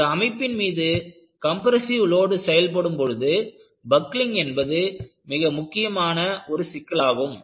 ஒரு அமைப்பின் மீது கம்ப்ரெஸ்ஸிவ் லோடு செயல்படும் பொழுது பக்லிங் என்பது மிக முக்கியமான ஒரு சிக்கலாகும்